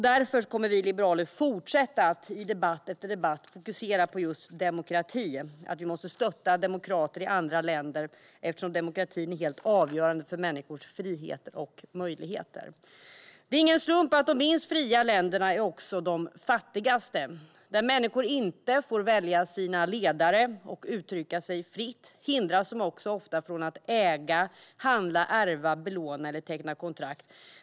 Därför kommer vi liberaler att i debatt efter debatt fortsätta att fokusera på just demokrati och att vi måste stötta demokrater i andra länder, eftersom demokratin är helt avgörande för människors frihet och möjligheter. Det är ingen slump att de minst fria länderna också är de fattigaste. Där människor inte får välja sina ledare och uttrycka sig fritt hindras de också ofta från att äga, handla, ärva, belåna eller teckna kontrakt.